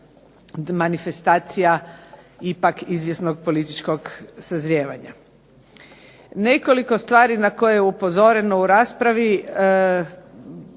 manifestacija ipak izvjesnog političkog sazrijevanja. Nekoliko stvari na koje je upozoreno u raspravi,